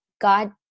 God